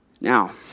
Now